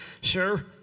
sure